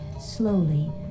slowly